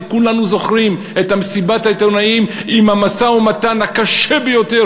כולנו זוכרים את מסיבת העיתונאים עם המשא-ומתן ה"קשה ביותר",